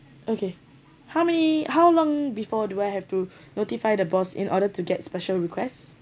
okay how many how long before do I have to notify the boss in order to get special requests